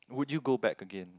would you go back again